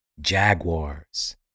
Jaguars